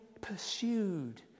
pursued